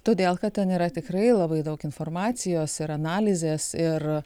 todėl kad ten yra tikrai labai daug informacijos ir analizės ir